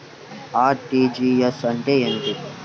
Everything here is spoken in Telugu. అర్.టీ.జీ.ఎస్ అంటే ఏమిటి?